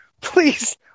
please